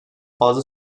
fazla